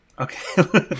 okay